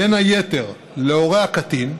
בין היתר, להורי הקטין,